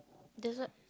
desert